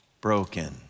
broken